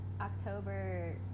October